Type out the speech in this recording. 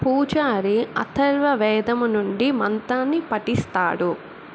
పూజారి అథర్వణవేదము నుండి మంత్రాన్ని పఠిస్తాడు